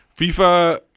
FIFA –